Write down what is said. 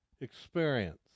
experience